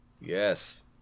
Yes